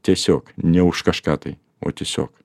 tiesiog ne už kažką tai o tiesiog